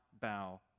bow